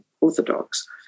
Orthodox